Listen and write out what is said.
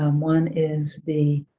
um one is the